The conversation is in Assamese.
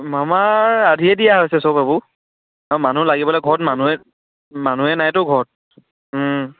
আমাৰ আধিয়ে দিয়া হৈছে চব সেইবোৰ মানুহ লাগিবলৈ ঘৰত মানুহে মানুহে নাইতো ঘৰত